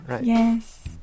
Yes